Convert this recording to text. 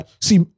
see